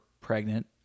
pregnant